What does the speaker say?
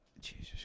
Jesus